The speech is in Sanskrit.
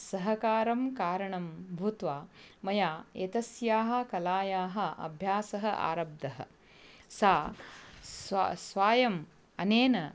सहकारं कारणं भूत्वा मया एतस्याः कलायाः अभ्यासः आरब्धः सा स्व स्वयम् अनेन